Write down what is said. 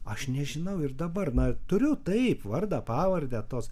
aš nežinau ir dabar na turiu taip vardą pavardę tos